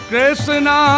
Krishna